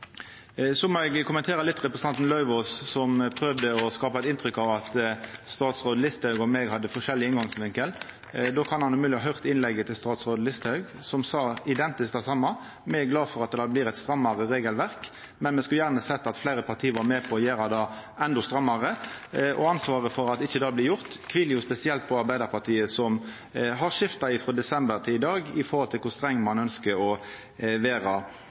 Eg må òg kommentera representanten Lauvås, som prøvde å skapa eit inntrykk av at statsråd Listhaug og eg hadde forskjellig innfallsvinkel. Då kan han umogleg ha høyrt innlegget til statsråd Listhaug, som sa identisk det same. Me er glade for at det blir eit strammare regelverk, men me skulle gjerne sett at fleire parti var med på å gjera det enda strammare, og ansvaret for at det ikkje blir gjort, kviler spesielt på Arbeidarpartiet, som frå desember til i dag har skifta på kor streng ein ønskjer å vera.